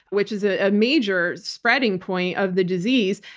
which is a ah major spreading point of the disease.